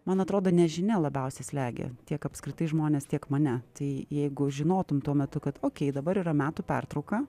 man atrodo nežinia labiausiai slegia tiek apskritai žmones tiek mane tai jeigu žinotum tuo metu kad okei dabar yra metų pertrauka